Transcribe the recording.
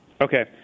Okay